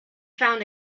found